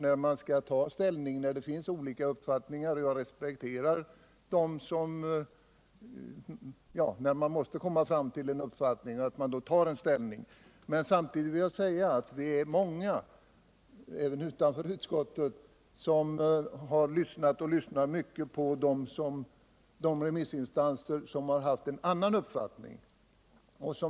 Det är naturligtvis alltid svårt att ta ställning när det finns så olika uppfattningar, och jag respekterar dem som trots det kan hålla fast vid en ståndpunkt. Men samtidigt vill jag säga att det är många även utanför utskottet som har lyssnat och lyssnar på de här remissinstanserna, och de har kommit fram till en annan uppfattning än Bertil Johansson.